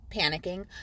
panicking